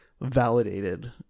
validated